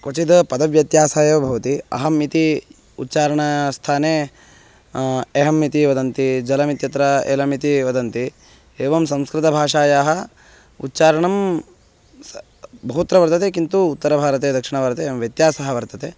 क्वचिद् पदव्यत्यासः एव भवति अहम् इति उच्चारणास्थाने एहम् इति वदन्ति जलमित्यत्र यलमिति वदन्ति एवं संस्कृतभाषायाः उच्चारणं बहुत्र वर्तते किन्तु उत्तरभारते दक्षिणभारते एवं व्यत्यासः वर्तते